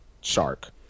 shark